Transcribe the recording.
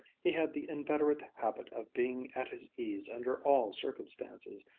he had the inveterate habit of being at his ease under all circumstances,